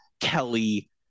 kelly